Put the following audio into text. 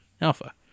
Alpha